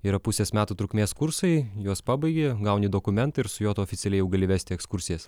yra pusės metų trukmės kursai juos pabaigi gauni dokumentą ir su juo tu oficialiai jau gali vesti ekskursijas